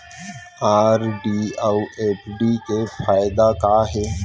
RD अऊ FD के फायेदा का हे?